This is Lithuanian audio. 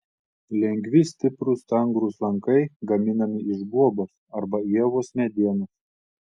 lengvi stiprūs stangrūs lankai gaminami iš guobos arba ievos medienos